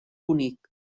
únic